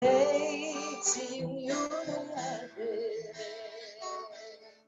♪ היי ציונ יוני הדרך... ♪